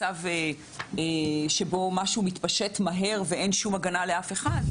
יהיה משהו שיתפשט מהר ולא תהיה שום הגנה לאף אחד,